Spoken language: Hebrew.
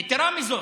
יתרה מזאת,